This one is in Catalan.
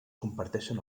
comparteixen